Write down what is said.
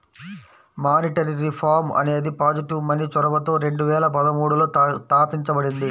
monetary reform అనేది positive money చొరవతో రెండు వేల పదమూడులో తాపించబడింది